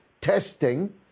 testing